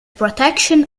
protection